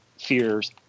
fears